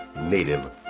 Native